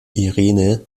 irene